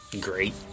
great